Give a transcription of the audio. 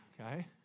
okay